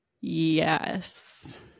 yes